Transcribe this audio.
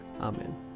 Amen